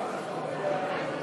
על שניהם?